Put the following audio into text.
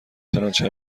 چنانچه